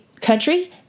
country